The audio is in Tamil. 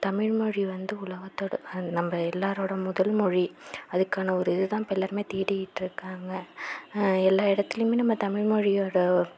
தமிழ் மொழி வந்து உலகத்தோட நம்ப எல்லாரோட முதல் மொழி அதுக்கான ஒரு இது தான் இப்போ எல்லாருமே தேடிக்கிட்டு இருக்காங்க எல்லா இடத்துலையுமே நம்ம தமிழ் மொழியோட